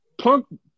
Punk